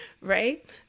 right